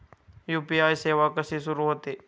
UPI सेवा कशी सुरू होते?